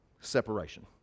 separation